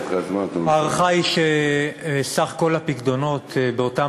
ההערכה היא שסך כל הפיקדונות באותם